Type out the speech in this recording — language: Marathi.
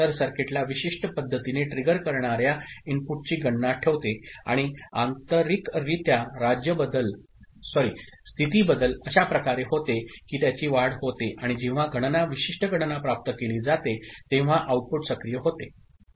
तर सर्किटला विशिष्ट पद्धतीने ट्रिगर करणार्या इनपुटची गणना ठेवते आणि आंतरिकरित्या राज्य बदल अशा प्रकारे होते की त्याची वाढ होते आणि जेव्हा गणना विशिष्ट गणना प्राप्त केली जाते तेव्हा आउटपुट सक्रिय होते